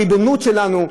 בריבונות שלנו,